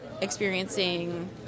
experiencing